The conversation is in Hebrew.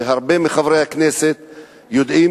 והרבה מחברי הכנסת יודעים,